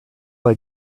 that